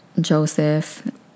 Joseph